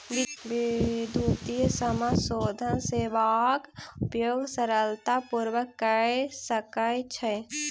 विद्युतीय समाशोधन सेवाक उपयोग सरलता पूर्वक कय सकै छै